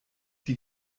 die